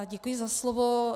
Děkuji za slovo.